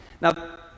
Now